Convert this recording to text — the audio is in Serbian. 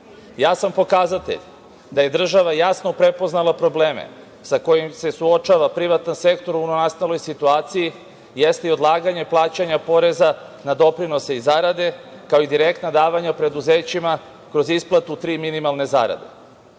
istu. Jasan pokazatelj da je država jasno prepoznala probleme sa kojima se suočava privatan sektor u novonastaloj situaciji jeste i odlaganje plaćanja poreza na doprinose i zarade, kao i direktna davanja preduzećima kroz isplatu tri minimalne zarade.